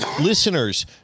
listeners